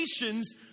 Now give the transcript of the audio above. nations